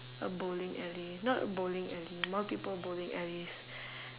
a bowling alley not a bowling alley multiple bowling alleys